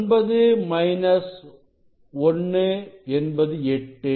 9 minus 1 என்பது 8